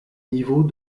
niveau